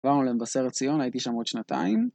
באנו למבשרת ציון, הייתי שם עוד שנתיים.